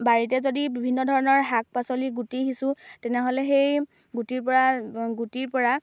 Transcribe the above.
বাৰীতে যদি বিভিন্ন ধৰণৰ শাক পাচলি গুটি সিঁচো তেনেহ'লে সেই গুটিৰ পৰা গুটিৰ পৰা